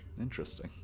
Interesting